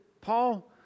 Paul